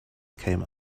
came